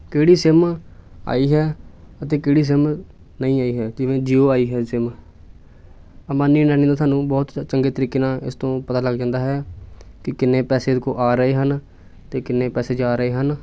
ਕਿਹੜੀ ਸਿਮ ਆਈ ਹੈ ਅਤੇ ਕਿਹੜੀ ਸਿਮ ਨਹੀਂ ਆਈ ਹੈ ਜਿਵੇਂ ਜੀਓ ਆਈ ਹੈ ਸਿਮ ਅੰਬਾਨੀ ਅਡਾਨੀ ਦਾ ਸਾਨੂੰ ਬਹੁਤ ਚੰਗੇ ਤਰੀਕੇ ਨਾਲ ਇਸ ਤੋਂ ਪਤਾ ਲੱਗ ਜਾਂਦਾ ਹੈ ਕਿ ਕਿੰਨੇ ਪੈਸੇ ਇਹਦੇ ਕੋਲ ਆ ਰਹੇ ਹਨ ਅਤੇ ਕਿੰਨੇ ਪੈਸੇ ਜਾ ਰਹੇ ਹਨ